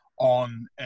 on